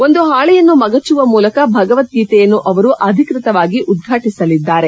ಒಂದು ಹಾಳೆಯನ್ನು ಮಗಚುವ ಮೂಲಕ ಭಗವದ್ಗೀತೆಯನ್ನು ಅವರು ಅಧಿಕೃತವಾಗಿ ಉದ್ವಾಟಿಸಲಿದ್ದಾರೆ